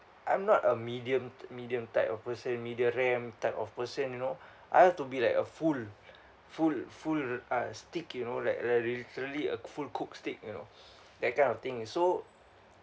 I'm not a medium medium type of person medium rare type of person you know I have to be like a full full full uh steak you know like where literally a full-cooked steak you know that kind of thing so